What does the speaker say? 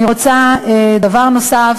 דבר נוסף,